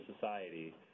society